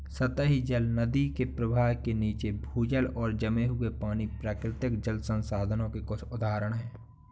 सतही जल, नदी के प्रवाह के नीचे, भूजल और जमे हुए पानी, प्राकृतिक जल संसाधनों के कुछ उदाहरण हैं